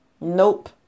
nope